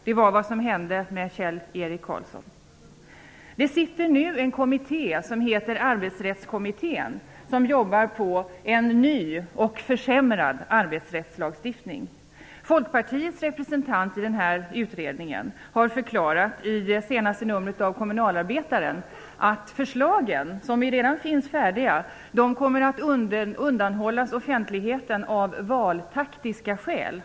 Det var vad som hände med Kjell-Erik Karlsson. Nu arbetar en kommitté som heter Arbetsrättskommittén. Den jobbar på en ny och försämrad arbetsrättslagstiftning. Folkpartiets representant i denna utredning har förklarat i det senaste numret av Kommunalarbetaren att förslagen, som redan finns färdiga, kommer att undanhållas offentligheten av valtaktiska skäl.